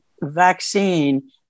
vaccine